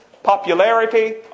popularity